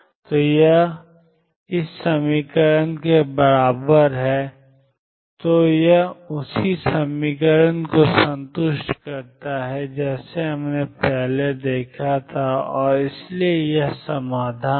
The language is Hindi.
तो यह बराबर है से nCnnrtEn तो यह उसी समीकरण को संतुष्ट करता है जैसा हमने पहले देखा था और इसलिए यह समाधान है